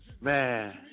Man